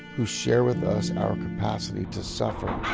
who share with us, our capacity to suffer.